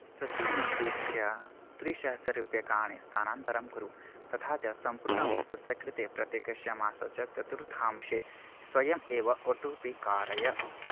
शचिमुद्दिश्य त्रिसहस्ररूप्यकाणि स्थानान्तरं कुरु तथा च सम्पूर्णवर्षस्य कृते प्रत्येकस्य मासस्य चतुर्थांशे स्वयम् एव आटो पे कारय